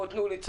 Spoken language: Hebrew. בואו תנו,